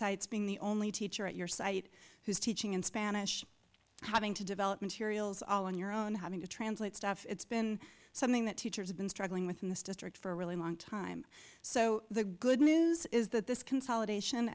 sites being the only teacher at your site who's teaching in spanish having to develop materials all on your own having to translate stuff it's been something that teachers have been struggling with in this district for a really long time so the good news is that this consolidation